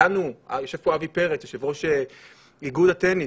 יושב פה אבי פרץ, יושב-ראש איגוד הטניס.